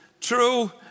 true